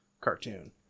cartoon